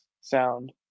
sound